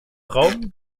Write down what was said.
raum